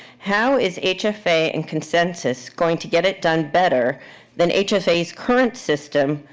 how is hfa and consensus going to get it done better than hfa's current system,